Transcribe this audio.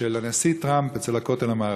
של הנשיא טראמפ אצל הכותל המערבי,